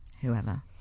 whoever